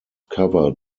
covered